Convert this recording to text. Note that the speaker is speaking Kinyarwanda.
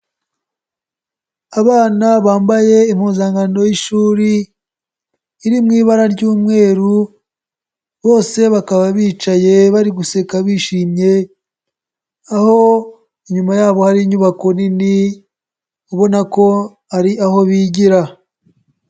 Abana bambaye impuzankano y'ishuri iri mu ibara ry'umweru. Bose bakaba bicaye bari guseka bishimye. Aho inyuma yabo hari inyubako nini ubona ko ari aho bigira.